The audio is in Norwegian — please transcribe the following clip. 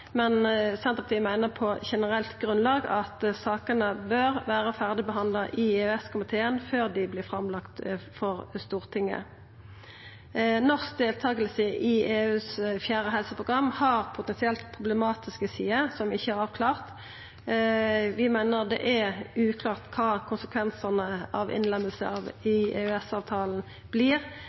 men Senterpartiet meiner på generelt grunnlag at sakene bør vera ferdigbehandla i EØS-komiteen før dei vert lagde fram for Stortinget. Norsk deltaking i EUs fjerde helseprogram har potensielt problematiske sider som ikkje er avklarte. Vi meiner det er uklart kva konsekvensane av innlemming i